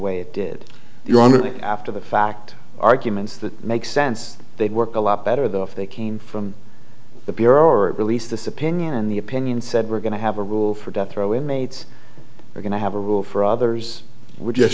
way it did you're only after the fact arguments that make sense they work a lot better than if they came from the bureau or released this opinion and the opinion said we're going to have a rule for death row inmates we're going to have a rule for others we're just